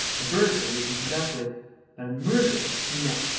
a burglar we can put up with but a murderer, no!